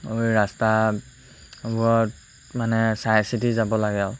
ৰাস্তাবোৰত মানে চাই চিটি যাব লাগে আৰু